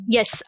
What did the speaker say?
Yes